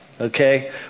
Okay